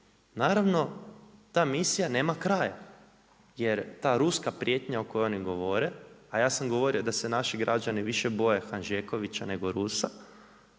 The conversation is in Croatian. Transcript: Naravno ta misija nema kraja jer ta ruska prijetnja o kojoj oni govore, a ja sam govorio da se naši građani više boje Hanžekovića nego Rusa,